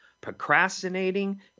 procrastinating